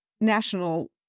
National